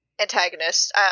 antagonist